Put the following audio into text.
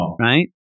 right